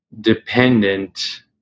dependent